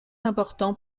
important